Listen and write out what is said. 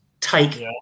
take